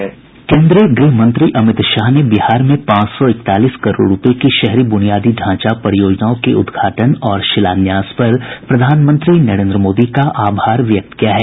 केंद्रीय गृह मंत्री अमित शाह ने बिहार में पांच सौ इकतालीस करोड़ रुपये की शहरी बुनियादी ढांचा परियोजनाओं के उद्घाटन और शिलान्यास पर प्रधानमंत्री नरेंद्र मोदी का आभार व्यक्त किया है